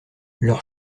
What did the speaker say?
leurs